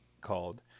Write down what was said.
called